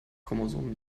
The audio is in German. chromosom